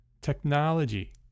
technology